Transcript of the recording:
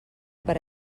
per